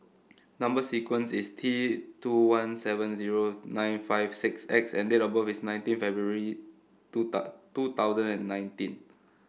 number sequence is T two one seven zero nine five six X and date of birth is nineteen February two two thousand and nineteen